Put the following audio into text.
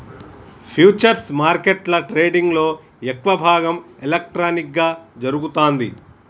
futures మార్కెట్ల ట్రేడింగ్లో ఎక్కువ భాగం ఎలక్ట్రానిక్గా జరుగుతాంది